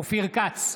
אופיר כץ,